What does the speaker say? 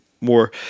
more